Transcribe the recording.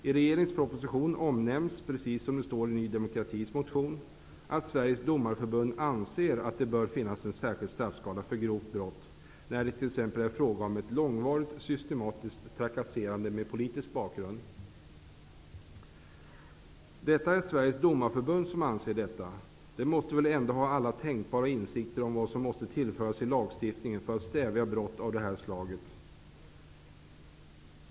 I regeringens proposition omnämns precis som det står i Ny demokratis motion, att Sveriges domarförbund anser att det bör finnas en särskild straffskala för grovt brott när det t.ex. är fråga om ett långvarigt och systematiskt trakasserande med politisk bakgrund. Det är Sveriges domarförbund som anser detta. Sveriges domarförbund måste väl ändå ha alla tänkbara insikter om vad som måste tillföras i lagstiftningen för att stävja brott av det här slaget.